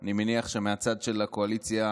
אני מניח שמהצד של הקואליציה,